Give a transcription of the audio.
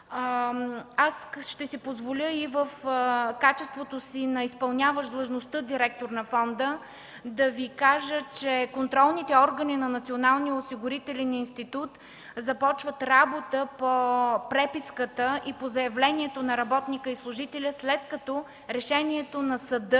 Ще си позволя и в качеството си на изпълняващ длъжността директор на фонда да Ви кажа, че контролните органи на Националния осигурителен институт започват работа по преписката и по заявлението на работника и служителя след като решението на